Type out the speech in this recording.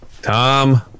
Tom